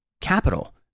capital